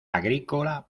agrícola